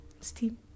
steam